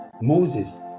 Moses